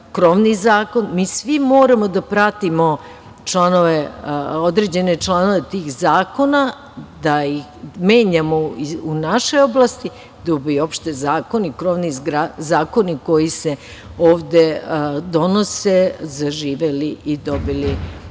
mi svi moramo da pratimo određene članove tih zakona, da ih menjamo u našoj oblasti, da bi uopšte zakoni i krovni zakoni koji se ovde donose zaživeli i dobili svoju